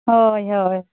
ᱦᱳᱭ ᱦᱳᱭ